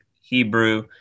Hebrew